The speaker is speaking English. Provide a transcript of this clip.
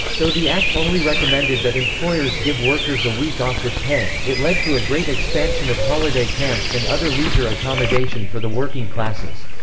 though the act only recommended that employers give workers a week off with pay, it led to a great expansion of holiday camps and other leisure accommodation for the working classes.